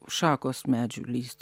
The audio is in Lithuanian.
šakos medžių lįst